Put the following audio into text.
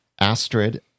Astrid